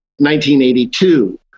1982